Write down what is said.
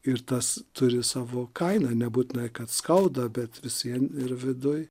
ir tas turi savo kainą nebūtinai kad skauda bet vis vien ir viduj